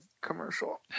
commercial